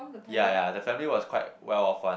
ya ya the family was quite well off one